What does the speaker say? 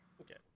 okay